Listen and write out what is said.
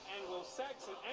Anglo-Saxon